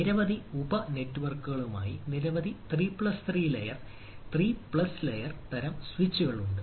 നിരവധി ഉപ നെറ്റ്വർക്കുകളായി നിരവധി ലെയർ 3 പ്ലസ് ലെയർ 3 തരം സ്വിച്ചുകൾ ഉണ്ട്